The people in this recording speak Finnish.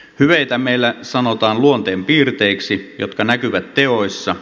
hyveitä meillä sanotaan luonteenpiirteiksi jotka näkyvät teoissa